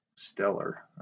stellar